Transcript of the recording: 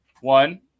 One